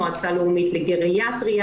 מועצה לאומית לגריאטריה,